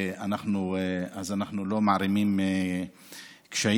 אז אנחנו לא מערימים קשיים,